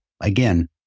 Again